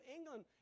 England